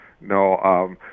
No